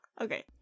Okay